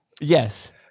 Yes